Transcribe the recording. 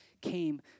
came